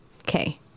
Okay